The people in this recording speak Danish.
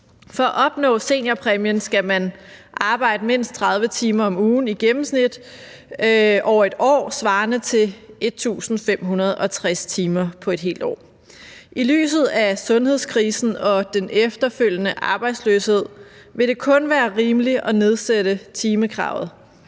For at opnå seniorpræmien skal man arbejde mindst 30 timer om ugen i gennemsnit over 1 år svarende til 1.560 timer på et helt år. I lyset af sundhedskrisen og den efterfølgende arbejdsløshed vil det kun være rimeligt at nedsætte timekravet,